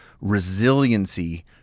resiliency